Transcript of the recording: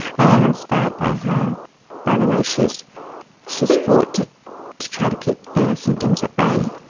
i am inspired by her by the way she's she's fought to to try to keep the symptoms at bay